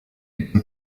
it’s